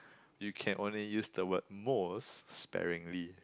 you can only use the word most sparingly